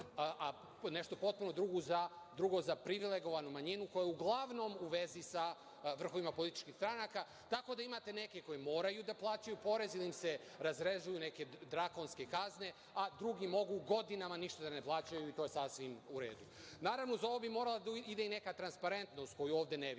a nešto potpuno drugo za privilegovanu manjinu koja je uglavnom u vezi sa vrhovima političkih stranaka, tako da imate neke koji moraju da plaćaju porez i da im se razrezuju neke drakonske kazne, a drugi mogu godinama ništa da ne plaćaju i to je sasvim u redu. Naravno, uz ovo bi morala da ide i neka transparentnost koju ovde ne vidimo